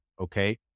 Okay